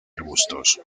arbustos